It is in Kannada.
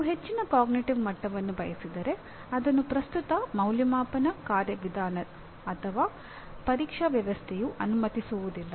ನೀವು ಹೆಚ್ಚಿನ ಅರಿವಿನ ಮಟ್ಟವನ್ನು ಬಯಸಿದರೆ ಅದನ್ನು ಪ್ರಸ್ತುತ ಅಂದಾಜುವಿಕೆ ಕಾರ್ಯವಿಧಾನ ಅಥವಾ ಪರೀಕ್ಷಾ ವ್ಯವಸ್ಥೆಯು ಅನುಮತಿಸುವುದಿಲ್ಲ